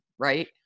right